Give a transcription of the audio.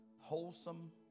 wholesome